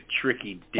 tricky